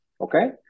okay